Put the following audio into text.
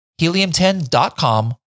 helium10.com